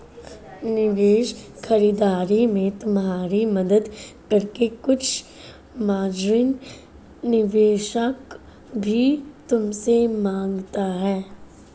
निवेश खरीदारी में तुम्हारी मदद करके कुछ मार्जिन निवेशक भी तुमसे माँगता है